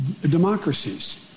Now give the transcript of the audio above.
democracies